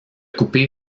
coupé